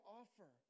offer